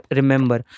remember